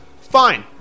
fine